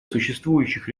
существующих